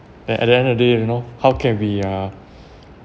then at the end of the day you know how can we uh